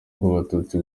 bw’abatutsi